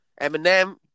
Eminem